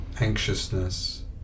anxiousness